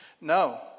No